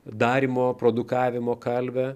darymo produkavimo kalvę